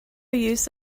use